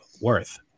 worth